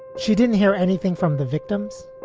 she didn't hear anything from the victims.